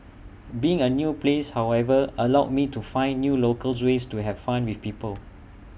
being in A new place however allowed me to find new local ways to have fun with people